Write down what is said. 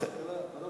כן.